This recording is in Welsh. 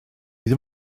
ddim